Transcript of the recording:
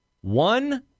one